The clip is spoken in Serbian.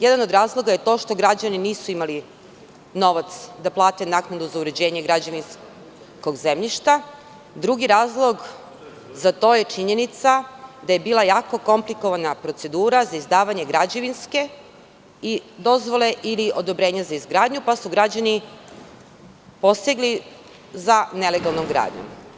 Jedan od razloga je to što građani nisu imali novac da plate naknadu za uređenje građevinskog zemljišta, drugi razlog za to je činjenica da je bila jako komplikovana procedura za izdavanje građevinske dozvole ili odobrenja za izgradnju, pa su građani posegli za nelegalnom gradnjom.